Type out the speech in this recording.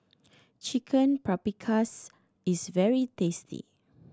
Chicken Paprikas is very tasty